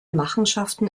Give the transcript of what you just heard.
machenschaften